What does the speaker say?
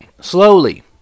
Slowly